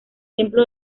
templo